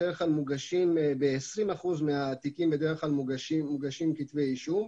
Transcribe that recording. בדרך כלל ב-20 אחוזים מהתיקים מוגשים כתבי אישום,